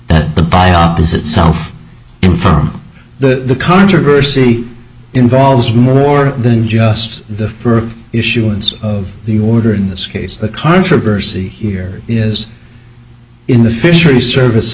that by opposite self in from the controversy involves more than just the for issuance of the order in this case the controversy here is in the fisheries service